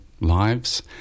lives